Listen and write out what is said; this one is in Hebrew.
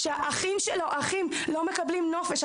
האחים לא מקבלים נופש.